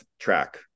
track